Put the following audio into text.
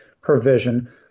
provision